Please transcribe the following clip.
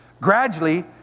Gradually